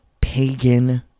pagan